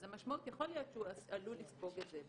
אז המשמעות היא שיכול להיות שהוא עלול לספוג את זה,